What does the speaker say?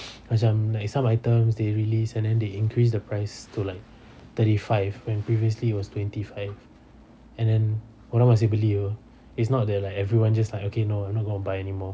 macam like some items they release and then they increase the price to like thirty five when previously was twenty five and then orang masih beli [pe] it's not they like everyone just okay no I'm not gonna buy anymore